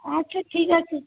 আচ্ছা ঠিক আছে